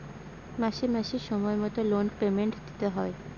মাসে মাসে সময় মতো লোন পেমেন্ট দিতে হয়